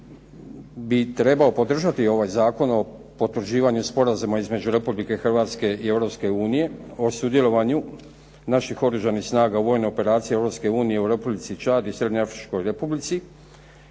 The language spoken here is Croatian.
bi trebao podržati ovaj Zakon o potvrđivanju Sporazuma između Republike Hrvatske i Europske unije o sudjelovanju naših Oružanih snaga u vojnoj operaciji Europske unije u Republici Čad i Srednjoafričkoj Republici